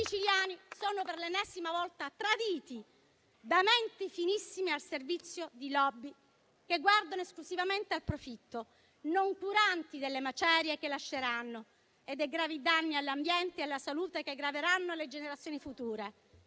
I siciliani per l'ennesima volta sono traditi da menti finissime al servizio di *lobby* che guardano esclusivamente al profitto, noncuranti delle macerie che lasceranno e dei gravi danni all'ambiente e alla salute che graveranno sulle generazioni future,